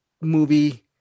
movie